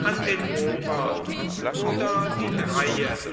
an den obern oder die dreie